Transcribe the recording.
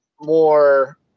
More